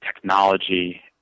technology